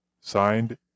signed